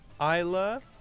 Isla